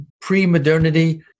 pre-modernity